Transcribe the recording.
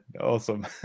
Awesome